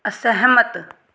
ਅਸਹਿਮਤ